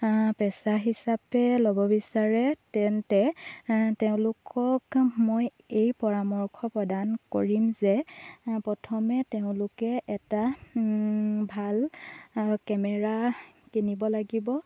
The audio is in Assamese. পেচা হিচাপে ল'ব বিচাৰে তেন্তে তেওঁলোকক মই এই পৰামৰ্শ প্ৰদান কৰিম যে প্ৰথমে তেওঁলোকে এটা ভাল কেমেৰা কিনিব লাগিব